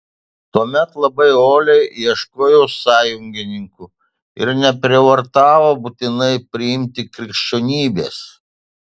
tuomet labai uoliai ieškojo sąjungininkų ir neprievartavo būtinai priimti krikščionybės